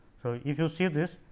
so, if you see this